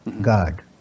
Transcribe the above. God